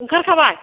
ओंखारखाबाय